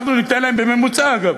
אנחנו ניתן להם, בממוצע אגב,